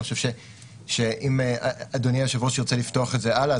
אני חושב שאם אדוני היושב-ראש ירצה לפתוח את זה הלאה,